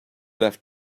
left